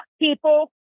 people